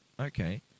Okay